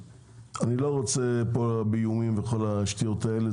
אני לא רוצה לדבר פה באיומים וכל השטויות האלה,